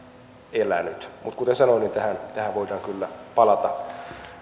elänyt mutta kuten sanoin tähän tähän voidaan kyllä palata